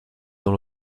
dans